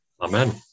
Amen